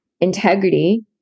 integrity